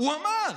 הוא אמר.